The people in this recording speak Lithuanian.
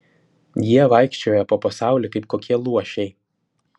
jie vaikščioja po pasaulį kaip kokie luošiai